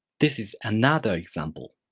this is another example.